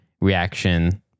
reaction